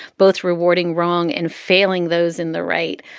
both rewarding wrong and failing those in the right.